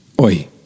oi